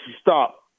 stop